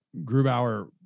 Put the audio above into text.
grubauer